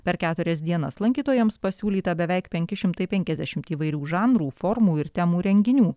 per keturias dienas lankytojams pasiūlyta beveik penki šimtai penkiasdešimt įvairių žanrų formų ir temų renginių